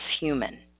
human